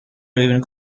even